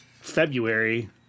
February